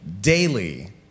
daily